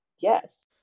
Yes